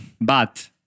but-